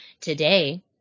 today